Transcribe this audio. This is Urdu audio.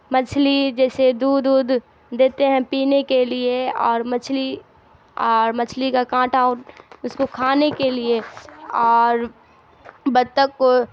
مچھلی جیسے دودھ وودھ دیتے ہیں پینے کے لیے اور مچھلی اور مچھلی کا کانٹا اس کو کھانے کے لیے اور بطخ کو